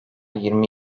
yirmi